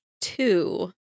two